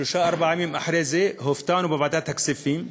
שלושה ימים אחרי כן הופתענו בוועדת הכספים,